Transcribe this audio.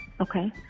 Okay